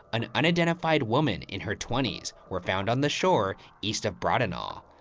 an unidentified woman in her twenty s, were found on the shore east of brahtenahl.